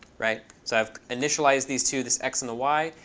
right? so i've initialized these two, this x and the y.